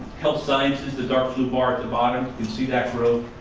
health sciences is the dark blue bar at the bottom, you see that growth.